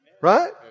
Right